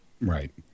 Right